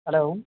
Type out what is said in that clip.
hello